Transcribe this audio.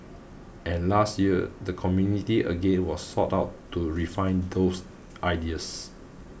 and last year the community again was sought out to refine those ideas